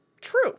True